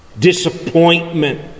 disappointment